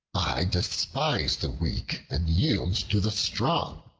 i despise the weak and yield to the strong.